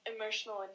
emotional